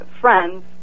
friends